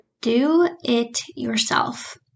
do-it-yourself